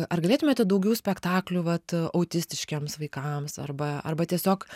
ar galėtumėte daugiau spektaklių vat autistiškiems vaikams arba arba tiesiog